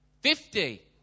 Fifty